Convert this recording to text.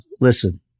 listen